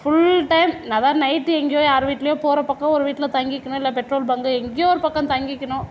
full time அதாவது night எங்கேயோ யார் வீட்லேயோ போகிற பக்கம் ஒரு வீட்டில் தங்கிக்கணும் இல்லை பெட்ரோல் பங்க் எங்கேயோ ஒரு பக்கம் தங்கிக்கணும்